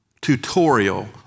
tutorial